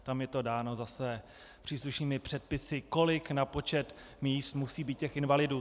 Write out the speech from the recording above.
Tam je to dáno zase příslušnými předpisy, kolik na počet míst musí být invalidů.